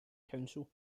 council